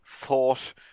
thought